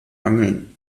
angeln